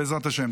בעזרת השם.